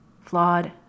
flawed